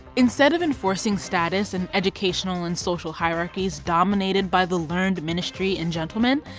instead of enforcing status in educational and social hierarchies dominated by the learned ministry and gentlemen,